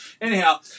Anyhow